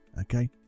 Okay